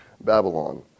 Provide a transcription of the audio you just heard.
Babylon